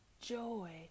joy